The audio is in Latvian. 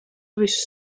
visu